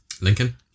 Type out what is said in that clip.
Lincoln